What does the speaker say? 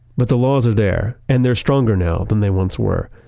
but the laws are there and they're stronger now than they once were.